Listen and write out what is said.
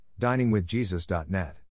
DiningWithJesus.net